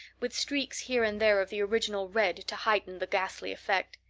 with streaks here and there of the original red to heighten the ghastly effect.